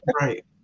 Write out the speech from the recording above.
Right